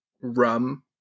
rum